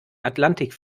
atlantik